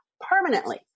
permanently